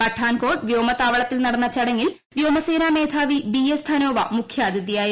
പഠാൻകോട്ട് വ്യോമത്താവളത്തിൽ നടന്ന ചടങ്ങിൽ വ്യോമസേനാ മേധാവി ബി എസ് ധനോവ മുഖ്യാതിഥിയായിരുന്നു